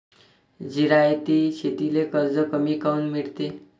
जिरायती शेतीले कर्ज कमी काऊन मिळते?